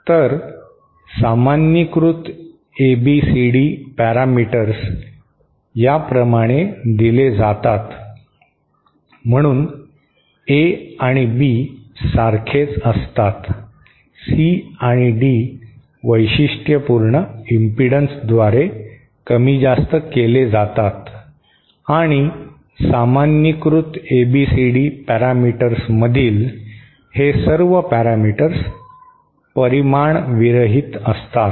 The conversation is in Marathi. तर सामान्यीकृत एबीसीडी पॅरामीटर्स या प्रमाणे दिले जातात म्हणून ए आणि बी सारखेच असतात सी आणि डी वैशिष्ट्यपूर्ण इम्पिडन्सद्वारे कमीजास्त केले जातात आणि सामान्यीकृत एबीसीडी पॅरामीटर्समधील हे सर्व पॅरामीटर्स परिमाणविरहित असतात